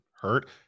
hurt